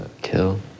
Kill